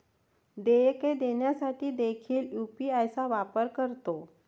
देयके देण्यासाठी देखील यू.पी.आय चा वापर करतो